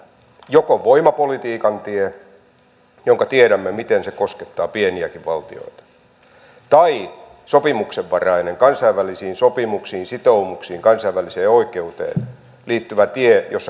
joko voimapolitiikan tie josta tiedämme miten se koskettaa pieniäkin valtioita tai sopimuksenvarainen kansainvälisiin sopimuksiin sitoumuksiin kansainväliseen oikeuteen liittyvä tie jossa kunnioitetaan pelisääntöjä